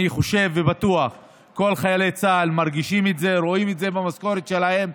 אני חושב ובטוח שכל חיילי צה"ל מרגישים ורואים את זה במשכורת שלהם.